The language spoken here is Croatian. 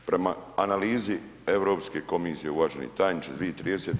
Prema analizi Europske komisije uvaženi tajniče 2030.